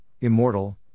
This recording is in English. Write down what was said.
immortal